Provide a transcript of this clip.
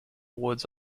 woods